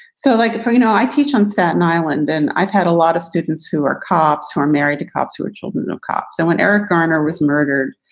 so like, you know, i teach on staten island and i've had a lot of students who are cops who are married to cops, who are children of cop. so when eric garner was murdered,